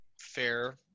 fair